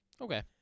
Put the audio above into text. Okay